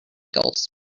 gulls